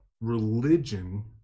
religion